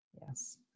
Yes